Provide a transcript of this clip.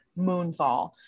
Moonfall